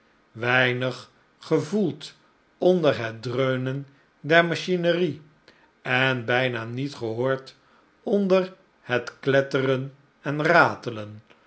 weinig gevoeld onder het dreunen der machinerie en bijna niet gehoord onder het kletteren en ratelen